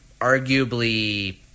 arguably